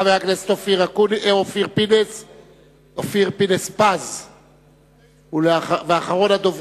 חבר הכנסת אופיר פינס-פז, בבקשה.